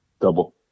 double